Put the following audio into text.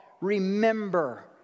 remember